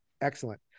Excellent